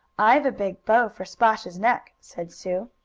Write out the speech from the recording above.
i've a big bow for splash's neck, said sue.